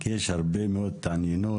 כי יש הרבה מאוד התעניינות,